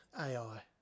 AI